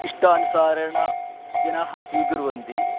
इच्छानुसारेण जनाः स्वीकुर्वन्ति